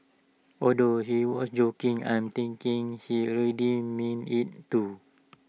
although she was joking I'm thinking she really meant IT too